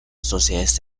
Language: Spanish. sociedades